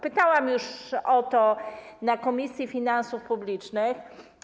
Pytałam już o to w Komisji Finansów Publicznych.